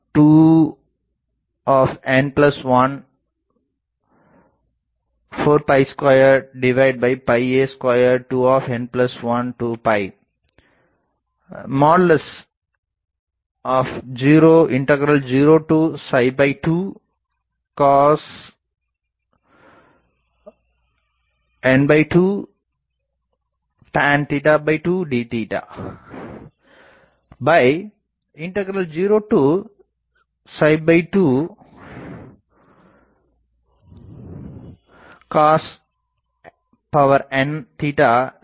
i4f22n1 42a2 2n1 202 cosn2 tan 2 d202 cosn sin d